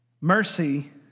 Mercy